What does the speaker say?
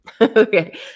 okay